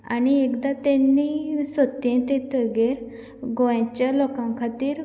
आनी एकदां तेणी सत्तेंत येतगेर गोंयाच्या लोकां कडेन